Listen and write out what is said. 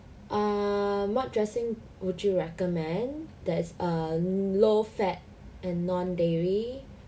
um what dressing would you recommend that's a low fat and non dairy